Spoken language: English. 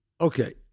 Okay